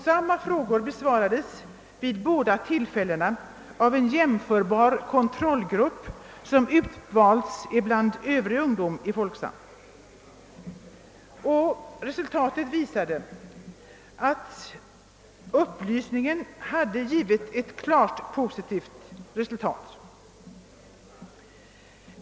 Samma frågor besvarades vid båda tillfällena av en jämförbar kontrollgrupp, som utvalts bland övrig ungdom i Folksam. Resultatet visade att upplysningen hade givit ett klart positivt resultat.